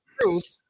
Truth